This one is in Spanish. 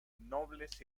nobles